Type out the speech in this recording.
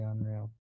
unreal